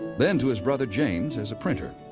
then to his brother james as a printer.